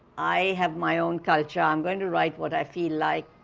i have my own culture, i'm going to write what i feel like,